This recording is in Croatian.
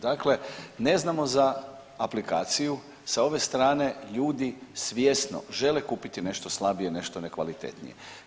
Dakle ne znamo za aplikaciju, sa ove strane ljudi svjesno žele kupiti nešto slabije i nešto nekvalitetnije.